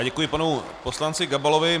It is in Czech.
Děkuji panu poslanci Gabalovi.